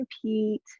compete